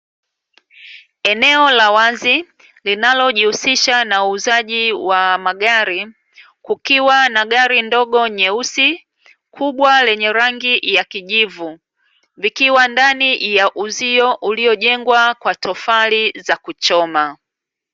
Eneo la wazi linalojihusisha na uuzaji wa magari, kukiwa na gari ndogo nyeusi, kubwa lenye rangi ya kijivu likiwa ndani ya uzio uliojengwa kwa tofali za kuchoma.